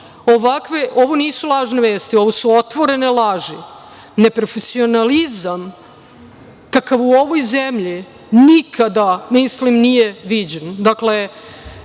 ovo nisu lažne vesti, ovo su otvorene laži. Neprofesionalizam, kakav u ovoj zemlji nikada, mislim nije viđen. Dakle,